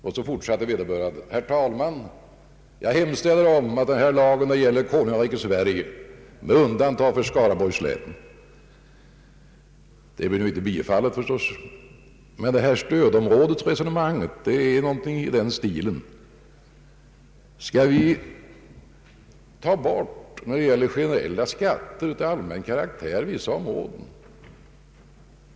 Och vederbörande fortsatte: Herr talman! Jag hemställer ati denna lag skall gälla konungariket Sverige med undantag för Skaraborgs län! Detta blev förstås inte bifallet, men resonemanget om stödområdet är någonting i den stilen. Skall vi när det gäller generella skatter av allmän karaktär undanta vissa områden?